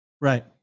Right